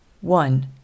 One